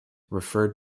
referred